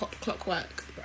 clockwork